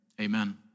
Amen